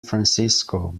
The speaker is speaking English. francisco